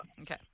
Okay